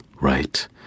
right